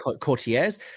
courtiers